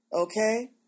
Okay